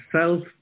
self